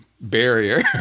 barrier